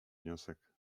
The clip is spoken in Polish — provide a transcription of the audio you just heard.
wniosek